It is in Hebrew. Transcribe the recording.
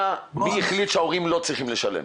מי החליט שההורים לא צריכים לשלם?